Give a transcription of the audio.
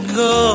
go